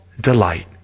delight